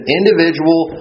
individual